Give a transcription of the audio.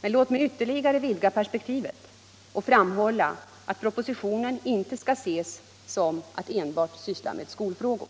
Men låt mig ytterligare vidga perspektivet och framhålla att propositionen inte enbart sysslar med skolfrågor.